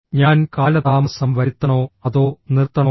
ഞാൻ കാലതാമസം വരുത്തണോ അതോ നിർത്തണോ